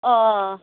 অঁ